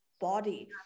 body